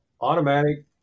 automatic